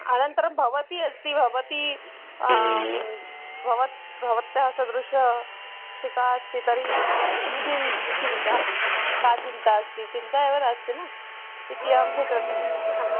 अनन्तरं भवती अस्ति भवती भवत्याः भवत्याः सदृशी शिक्षिका अस्ति तर्हि का चिन्ता का चिन्ता अस्ति चिन्ता एव नास्ति न इति अहं कृतवती हा